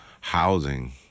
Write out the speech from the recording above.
housing